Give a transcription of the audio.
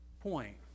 point